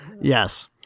Yes